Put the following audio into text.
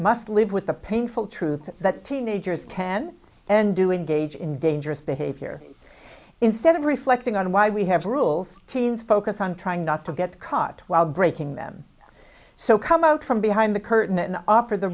must live with the painful truth that teenagers can and do in gage in dangerous behavior instead of reflecting on why we have rules teens focus on trying not to get caught while breaking them so come out from behind the curtain and offer the